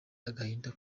agahinda